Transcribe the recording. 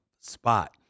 spot